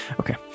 Okay